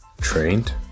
trained